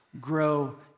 grow